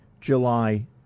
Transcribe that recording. July